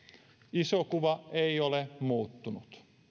iso kuva ei ole muuttunut